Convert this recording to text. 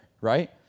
right